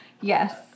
Yes